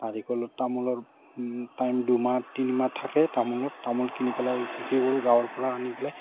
নাৰিকলত তামোলৰ টাইম দুমাহ তিনিমাহ থাকে তামোলত তামোল কিনি পেলাই সেইবোৰ গাঁৱৰপৰা আনি পেলাই